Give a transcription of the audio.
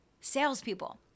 salespeople